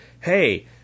hey